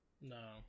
no